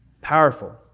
Powerful